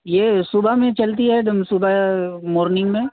یہ صبح میں چلتی ہے دم صبح مارننگ میں